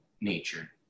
nature